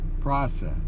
process